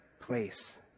place